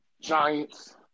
Giants